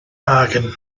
bargain